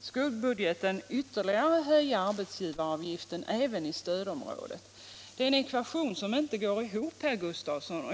skuggbudgeten vill ytterligare höja arbetsgivaravgiften även i stödområdena. Den ekvationen går inte ihop, herr Gustafsson.